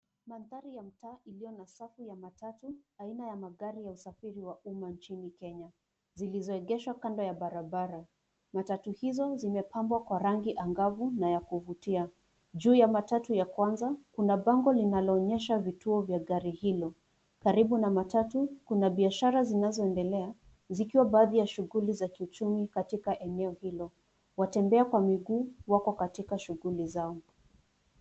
Mandhari ya mtaa iliyo na safu ya matatu aina ya magari ya usafiri wa umma nchini Kenya zilizoegeshwa kando ya barabara. Matatu hizo zimepambwa kwa rangi angavu na ya kuvutia. Juu ya matatu ya kwanza kuna bango linaloonyesha vituo vya gari hilo karibu na matatu kuna biashara zinazoendelea zikiwa baadhi ya kiuchumi katika eneo hilo. Watembea kwa miguu wako katika shughuli zao.